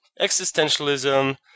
Existentialism